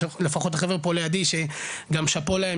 לפחות החבר'ה פה לידי שגם שאפו להם